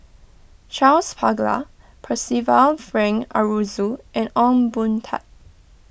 Charles Paglar Percival Frank Aroozoo and Ong Boon Tat